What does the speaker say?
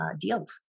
deals